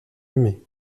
aimé